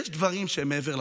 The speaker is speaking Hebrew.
יש דברים שהם מעבר לפוליטיקה,